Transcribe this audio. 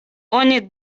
oni